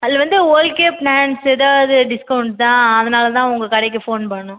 அதில் வந்து ஹோல் கே பிளான்ஸ் ஏதாவுது டிஸ்கௌண்டு தான் அதனால் தான் உங்கள் கடைக்கு ஃபோன் பண்ணிணோம்